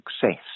success